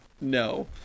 No